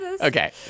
Okay